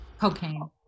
Cocaine